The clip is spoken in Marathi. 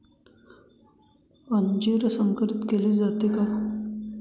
अंजीर संकरित केले जाते का?